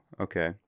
Okay